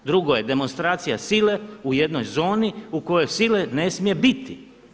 Drugo je demonstracija sile u jednoj zoni u kojoj sile ne smije biti.